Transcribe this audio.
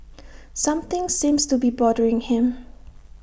something seems to be bothering him